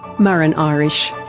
muireann irish.